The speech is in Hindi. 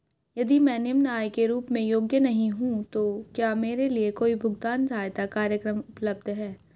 यदि मैं निम्न आय के रूप में योग्य नहीं हूँ तो क्या मेरे लिए कोई भुगतान सहायता कार्यक्रम उपलब्ध है?